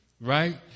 right